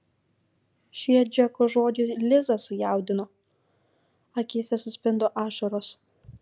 šie džeko žodžiai lizą sujaudino akyse suspindo ašaros